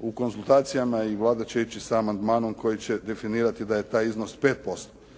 U konzultacijama i Vlada će ići sa amandmanom koji će definirati da je taj iznos 5%,